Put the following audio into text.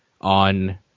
on